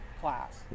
class